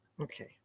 okay